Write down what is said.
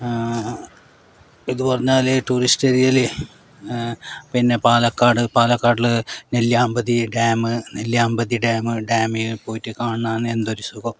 ഇതു പറഞ്ഞാൽ ടൂറിസ്റ്റ് ഏരിയയിൽ പിന്നെ പാലക്കാട് പാലക്കാടിൽ നെല്ലിയാമ്പതി ഡാം നെല്ലിയാമ്പതി ഡാമിൽ പോയിട്ട് കാണണാണ് എന്തൊരു സുഖവും